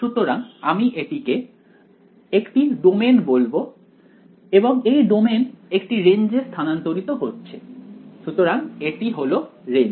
সুতরাং আমি এটিকে একটি ডোমেইন বলবো এবং এই ডোমেইন একটি রেঞ্জ এ স্থানান্তরিত হচ্ছে সুতরাং এটি হলো রেঞ্জ